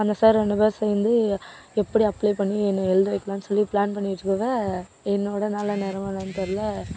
அந்த சார் ரெண்டு பேரும் சேர்ந்து எப்படி அப்ளை பண்ணி என்னை எழுத வெக்கலாம்னு சொல்லி பிளான் பண்ணிகிட்டு இருக்கிறப்ப என்னோட நல்ல நேரமா என்னன்னு தெரில